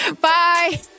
Bye